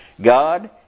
God